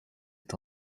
est